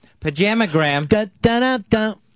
Pajamagram